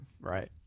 right